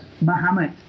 Muhammad